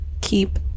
keep